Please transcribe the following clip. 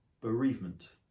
bereavement